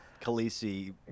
Khaleesi